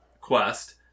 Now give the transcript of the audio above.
quest